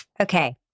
Okay